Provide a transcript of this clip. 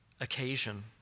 occasion